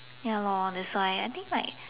ya lor that's why I think like